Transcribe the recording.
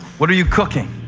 what are you cooking?